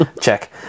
Check